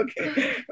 Okay